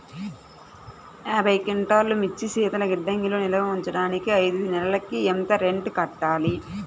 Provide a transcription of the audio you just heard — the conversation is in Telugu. యాభై క్వింటాల్లు మిర్చి శీతల గిడ్డంగిలో నిల్వ ఉంచటానికి ఐదు నెలలకి ఎంత రెంట్ కట్టాలి?